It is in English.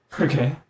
Okay